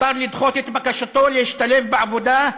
מותר לדחות את בקשתו להשתלב בעבודה,